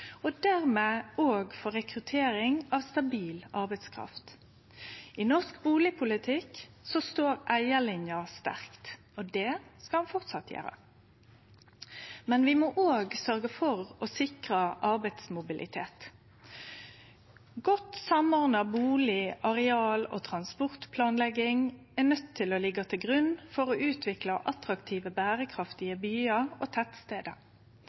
og busetjing og dermed òg for rekruttering av stabil arbeidskraft. I norsk bustadpolitikk står eigarlinja sterkt – og det skal ho fortsett gjere. Men vi må òg sørgje for å sikre arbeidsmobilitet. Godt samordna bustad-, areal- og transportplanlegging må liggje til grunn for å utvikle attraktive, berekraftige byar og tettstader.